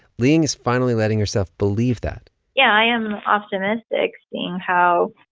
liying is finally letting herself believe that yeah, i am optimistic, seeing how